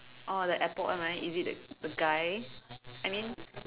oh the airport one right is it the the guy I mean